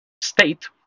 state